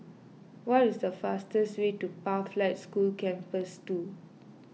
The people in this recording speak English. what is the fastest way to Pathlight School Campus two